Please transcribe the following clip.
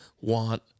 want